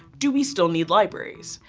do we still need libraries?